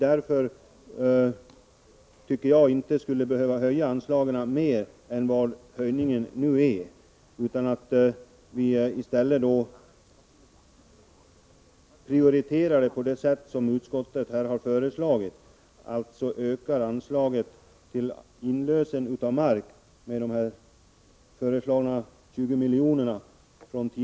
Därför tycker jag inte att anslagen skall höjas mer än den höjning som sker. I stället bör det ske en prioritering på det sätt som utskottet har föreslagit. Det betyder ett ökat anslag till inlösen av mark med 20 milj.kr.